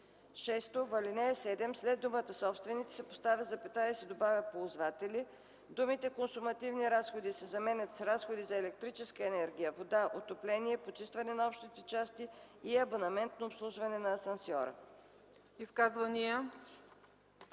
6. В ал. 7 след думата „Собственици” се поставя запетая и се добавя „ползватели”, думите „консумативни разходи” се заменят с „разходи за електрическа енергия, вода, отопление, почистване на общите части и абонаментно обслужване на асансьора”.